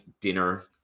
dinner